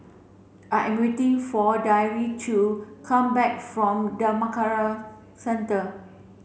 I am waiting for Deirdre to come back from Dhammakaya Centre